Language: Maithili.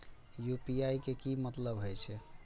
यू.पी.आई के की मतलब हे छे?